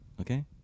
Okay